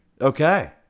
Okay